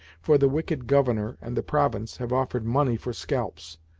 for the wicked governor and the province have offered money for scalps,